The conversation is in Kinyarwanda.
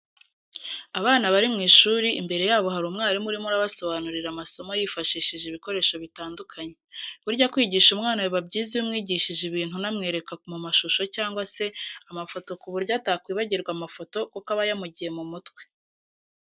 Abana bari mu ishuri imbere yabo hari umwarimu urimo arabasobanurira amasomo yifashishije ibikoresho bitandukanye. Burya kwigisha umwana biba byiza iyo umwigishije ibintu unamwereka mu mashusho cyangwa se amafoto ku buryo atakwibagirwa amafoto kuko aba yamugiye mu mutwe.